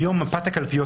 מפת הקלפיות